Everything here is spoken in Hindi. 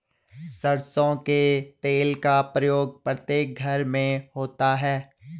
सरसों के तेल का प्रयोग प्रत्येक घर में होता है